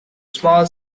small